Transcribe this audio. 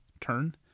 turn